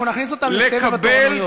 אנחנו נכניס אותם לסבב התורנויות.